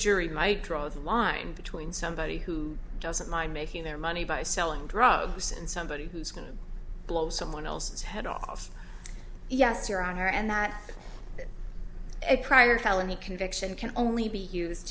jury might draw the line between somebody who doesn't mind making their money by selling drugs and somebody who's going to blow someone else's head off yes your honor and that is a prior teleni conviction can only be used